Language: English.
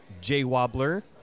J-Wobbler